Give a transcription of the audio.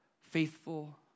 faithful